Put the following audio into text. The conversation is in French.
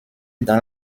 dans